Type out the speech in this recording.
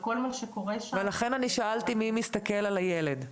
לכן שאלתי מי מסתכל על הילד.